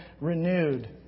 renewed